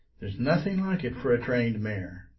there's nothing like it for a trained mare.